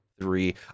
three